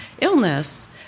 illness